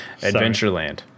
Adventureland